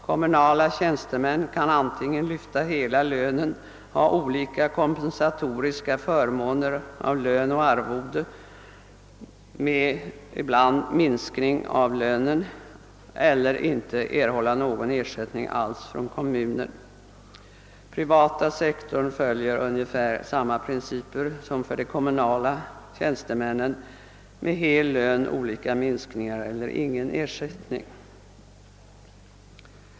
Kommunala tjänstemän får antingen lyfta hela lönen, åtnjuta olika kompensatoriska förmåner av lön och arvode — ibland med minskning av lönen — eller inte erhålla någon ersättning alls från respektive kommun. Den privata sektorn följer unge fär samma principer som de som gäller för de kommunala tjänstemännen med hel lön, olika minskningar eller ingen ersättning.